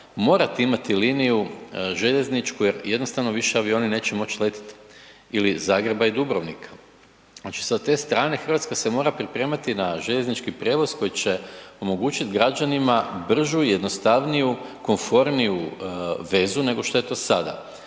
morati imati liniju željezničku jer jednostavno više avioni neće moći letjeti ili Zagreba i Dubrovnika. Znači sa te strane Hrvatska se mora pripremati na željeznički prijevoz koji će omogućiti građanima bržu i jednostavniju, komforniju vezu nego što je to sada.